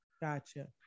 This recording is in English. Gotcha